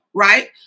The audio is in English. Right